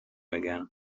again